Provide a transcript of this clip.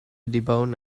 debone